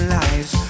lives